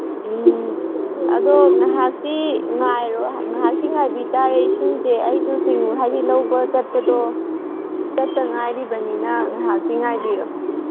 ꯎꯝ ꯑꯗꯣ ꯉꯥꯏꯍꯥꯛꯇꯤ ꯉꯥꯏꯔꯣ ꯉꯥꯏꯍꯥꯛꯇꯤ ꯉꯥꯏꯕꯤ ꯇꯥꯔꯦ ꯏꯁꯤꯡꯁꯦ ꯑꯩꯁꯨ ꯆꯤꯡꯉꯨ ꯍꯥꯏꯗꯤ ꯂꯧꯕ ꯆꯠꯄꯗꯣ ꯆꯠꯇ ꯉꯥꯏꯔꯤꯕꯅꯤꯅ ꯉꯥꯏꯍꯥꯛꯇꯤ ꯉꯥꯏꯕꯤꯔꯣ